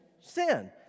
sin